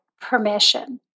permission